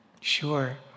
Sure